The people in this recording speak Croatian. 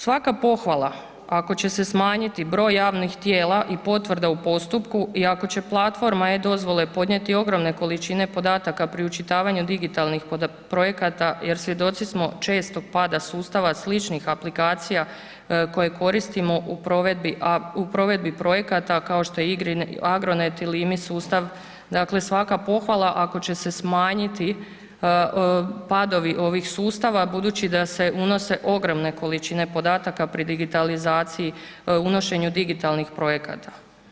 Svaka pohvala ako će se smanjiti broj javnih tijela i potvrda u postupku i ako će platforma e-dozvole podnijeti ogromne količine podataka pri učitavanju digitalnih projekata jer svjedoci smo čestog pada sustava sličnih aplikacija koje koristimo u provedbi projekata kao što je Agronet i iMIS sustav, dakle svaka pohvala ako će se smanjiti padovi ovih sustava budući da se unose ogromne količine podataka pri digitalizaciji, unošenju digitalnih projekata.